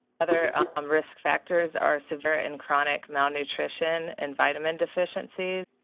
other um risk factors are severe and chronic malnutrition and vitamin deficiencies.